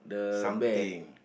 something